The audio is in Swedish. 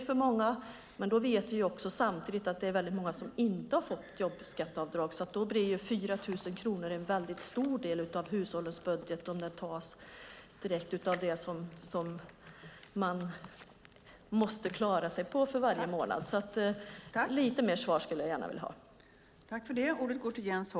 Samtidigt vet vi att väldigt många inte har fått jobbskatteavdrag, så 4 000 kronor blir en väldigt stor del av hushållets budget om de här pengarna ska tas direkt av det som man varje månad måste klara sig på. Lite mer svar om det skulle jag gärna vilja ha.